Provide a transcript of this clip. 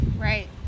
Right